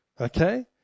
Okay